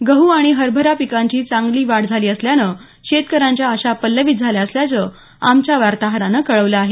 गहू आणि हरभरा पिकांची चांगली वाढ झाली असल्यानं शेतकऱ्यांच्या आशा पल्लवित झाल्या असल्याचं आमच्या वार्ताहरानं कळवलं आहे